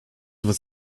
was